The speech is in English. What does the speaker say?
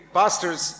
pastors